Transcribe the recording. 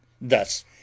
Thus